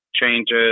changes